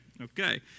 Okay